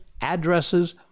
addresses